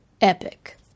Epic